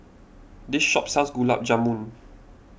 this shop sells Gulab Jamun